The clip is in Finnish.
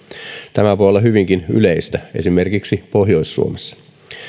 tämä voi olla hyvinkin yleistä esimerkiksi pohjois suomessa